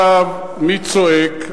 עכשיו, מי צועק?